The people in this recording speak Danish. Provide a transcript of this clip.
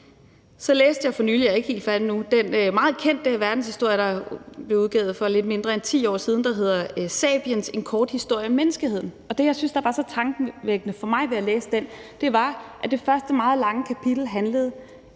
Så læste jeg for nylig, og jeg er ikke helt færdig endnu, den meget kendte verdenshistorie, der blev udgivet for lidt mindre end 10 år siden, der hedder »Sapiens – En kort historie om menneskeheden«. Det, jeg syntes var så tankevækkende for mig ved at læse den, var, at det første meget lange kapitel egentlig